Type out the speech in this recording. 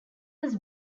was